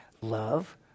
Love